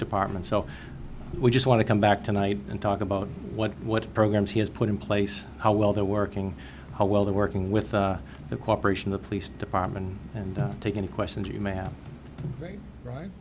department so we just want to come back tonight and talk about what what programs he has put in place how well they're working how well they're working with the cooperation the police department and take any questions you ma